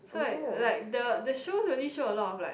so like like the the show only show a lot of like